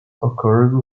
occurred